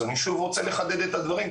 אז אני שוב רוצה לחדד את הדברים,